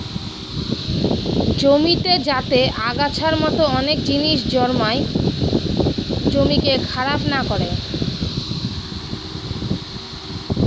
জমিতে যাতে আগাছার মতো অনেক জিনিস জন্মায় জমিকে খারাপ না করে